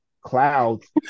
clouds